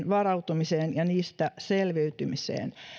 varautumiseen ja niistä selviytymiseen